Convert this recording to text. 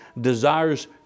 desires